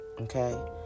Okay